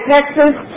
Texas